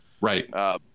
right